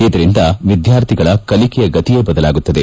ಇದರಿಂದ ವಿದ್ಯಾರ್ಥಿಗಳ ಕಲಿಕೆಯ ಗತಿಯೇ ಬದಲಾಗುತ್ತದೆ